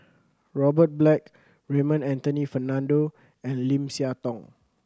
Robert Black Raymond Anthony Fernando and Lim Siah Tong